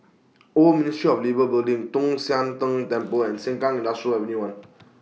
Old Ministry of Labour Building Tong Sian Tng Temple and Sengkang Industrial Avenue one